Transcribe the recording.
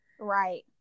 Right